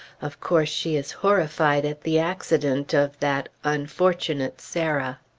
of course, she is horrified at the accident of that unfortunate sarah!